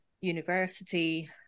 university